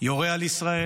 יורה על ישראל,